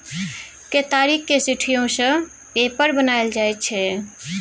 केतारीक सिट्ठीयो सँ पेपर बनाएल जाइ छै